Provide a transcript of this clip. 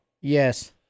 Yes